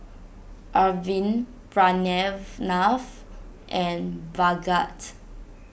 Arvind Pranav and Bhagat